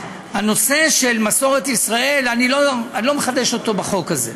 הנושא של מסורת ישראל, אני לא מחדש אותו בחוק הזה,